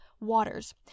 waters